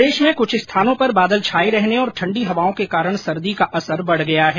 प्रदेश में कुछ स्थानों पर बादल छाये रहने और ठंडी हवाओं के कारण सर्दी का असर बढ़ गया है